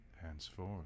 Henceforth